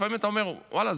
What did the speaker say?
לפעמים אתה אומר: ואללה,